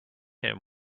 him